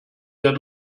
der